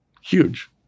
Huge